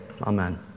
Amen